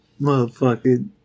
motherfucking